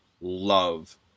love